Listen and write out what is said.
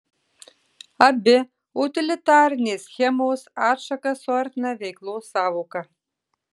abi utilitarinės schemos atšakas suartina veiklos sąvoka